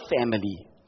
family